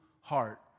heart